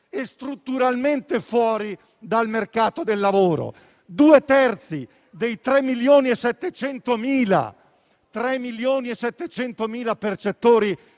e strutturalmente fuori dal mercato del lavoro. Due terzi dei 3.700.000 percettori